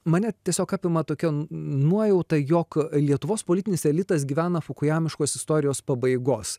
mane tiesiog apima tokia nuojauta jog lietuvos politinis elitas gyvena fukujamiškos istorijos pabaigos